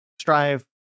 strive